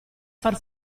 far